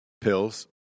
Pills